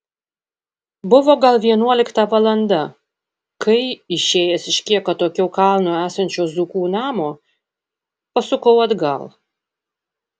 buvo gal vienuolikta valanda kai išėjęs iš kiek atokiau kalno esančio zukų namo pasukau atgal